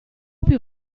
più